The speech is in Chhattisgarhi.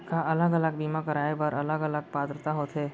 का अलग अलग बीमा कराय बर अलग अलग पात्रता होथे?